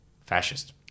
fascist